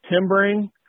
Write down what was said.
Timbering